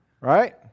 Right